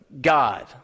God